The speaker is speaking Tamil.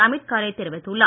அமீத் காரே தெரிவித்துள்ளார்